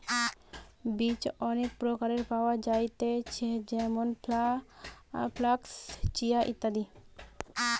বীজ অনেক প্রকারের পাওয়া যায়তিছে যেমন ফ্লাক্স, চিয়া, ইত্যাদি